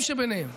של הילדים,